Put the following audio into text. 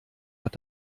hat